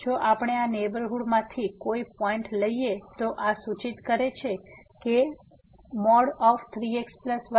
જો આપણે આ નેહબરહુડ માંથી કોઈ પોઈન્ટ લઈએ તો આ સૂચિત કરશે કે આ 3x1 4ϵ